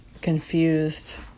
confused